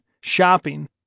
shopping